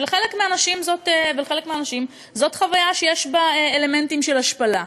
שלחלק מהנשים זאת חוויה שיש בה אלמנטים של השפלה.